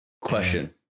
Question